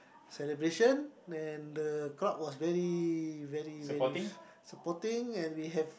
celebration and the crowd was very very very supporting and we have